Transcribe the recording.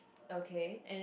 okay